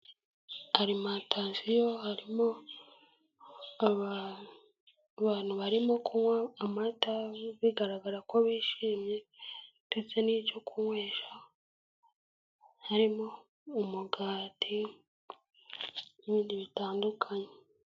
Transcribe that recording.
Arimantasiyo, harimo bantu barimo kunywa amata, bigaragara ko bishimye, ndetse n'ibyo kunywesha, harimo umugati n'ibindi bitandukanye.